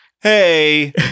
Hey